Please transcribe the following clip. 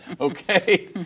Okay